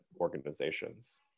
organizations